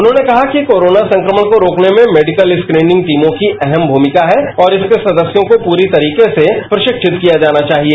उन्होंने कहा कि कोरोना संक्रमण को रोकने में मेडिकल स्क्रीर्निंग टीमों की अहम भूमिका है और इसके सदस्यों को पूरी तरीके से प्रशिक्षित किया जाना चाहिए